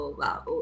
wow